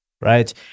right